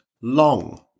long